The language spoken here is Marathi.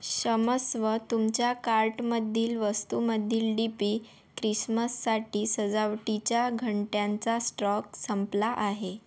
क्षमस्व तुमच्या कार्टमधील वस्तूमधील डीपी क्रिसमससाठी सजावटीच्या घंट्यांचा स्टॉक संपला आहे